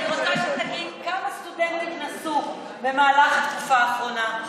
אני רוצה שתגיד כמה סטודנטים נסעו במהלך התקופה האחרונה,